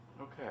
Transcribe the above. Okay